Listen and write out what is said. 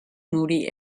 moody